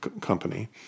company